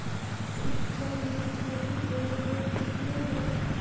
शिक्षा लोन खातिर ब्याज दर केतना बा?